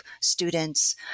students